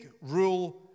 rule